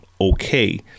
okay